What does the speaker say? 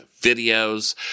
videos